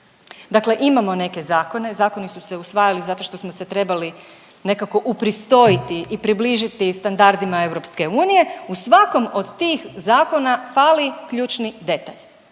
Dakle, imamo neke zakone. Zakoni su se usvajali zato što smo se trebali nekako upristojiti i približiti standardima EU. U svakom od tih zakona fali ključni detalj.